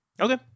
Okay